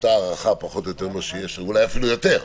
שאותה הארכה, אולי אפילו יותר,